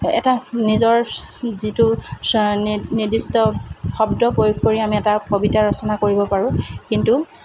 এটা নিজৰ যিটো স্ব নিৰ্দিষ্ট শব্দ প্ৰয়োগ কৰি আমি এটা কবিতা ৰচনা কৰিব পাৰোঁ কিন্তু